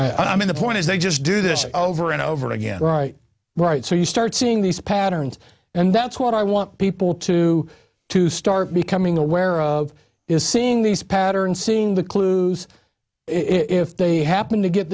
mean the point is they just do this over and over again right so you start seeing these patterns and that's what i want people to to start becoming aware of is seeing these patterns seeing the clues if they happen to get